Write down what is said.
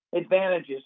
advantages